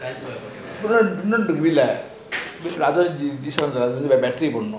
இன்னொன்னு இருக்கு:innonu iruku will be like அதுவும்:athuvum G shock தான் அதுக்கும்:thaan athukum battery போடணும்:podanum